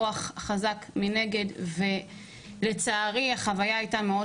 כוח חזק מנגד ולצערי החוויה הייתה מאוד